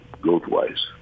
growth-wise